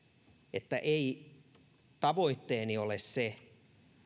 että ei tavoitteeni ole se